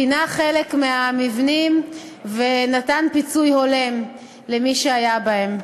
פינה חלק מהמבנים ונתן פיצוי הולם למי שהיה בהם.